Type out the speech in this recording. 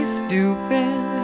stupid